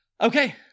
Okay